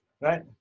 right